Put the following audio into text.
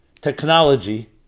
technology